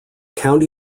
county